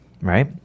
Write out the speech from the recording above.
right